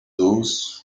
those